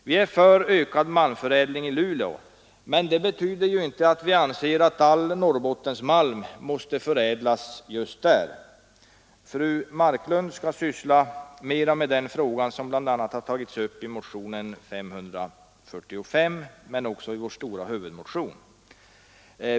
Vi är för ökad malmförädling i Luleå, men det betyder inte att vi anser att all Norrbottensmalm måste förädlas just där. Fru Marklund skall syssla mera med den frågan, som bl.a. har tagits upp i motionen 545 men också i vår stora huvudmotion.